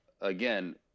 again